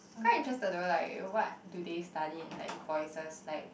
quite interested though like what do they study in like voices like